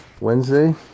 Wednesday